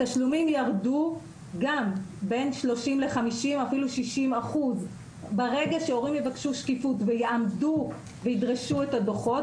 גם שם התשלומים ירדו בין 30% ל-50% ואפילו 60%. ברגע שהורים יבקשו שקיפות וידרשו את הדוחות,